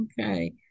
Okay